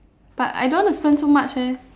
but I don't want to spend so much leh